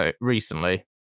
recently